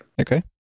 okay